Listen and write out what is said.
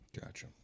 Gotcha